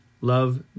love